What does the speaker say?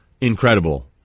incredible